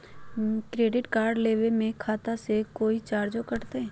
Credit card लेवे में खाता से कोई चार्जो कटतई?